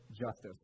Justice